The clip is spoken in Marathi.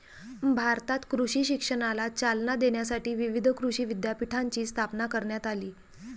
भारतात कृषी शिक्षणाला चालना देण्यासाठी विविध कृषी विद्यापीठांची स्थापना करण्यात आली